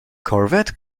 corvette